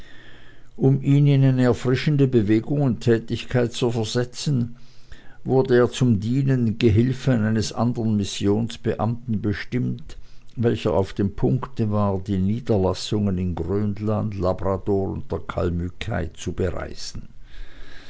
um ihn in eine erfrischende bewegung und tätigkeit zu versetzen wurde er zum dienenden gehilfen eines andern missionsbeamten bestimmt welcher auf dem punkte war die niederlassungen in grönland labrador und der kalmückei zu bereisen